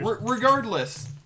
Regardless